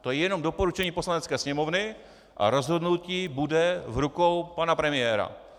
To je jenom doporučení Poslanecké sněmovny a rozhodnutí bude v rukou pana premiéra.